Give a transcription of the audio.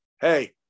hey